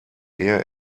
ehe